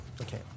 Okay